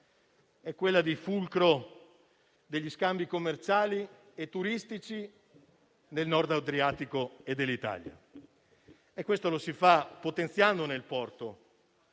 è quella di fulcro degli scambi commerciali e turistici del Nord Adriatico e dell'Italia. Questo lo si fa potenziandone il porto,